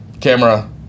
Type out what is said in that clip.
camera